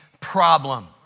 problem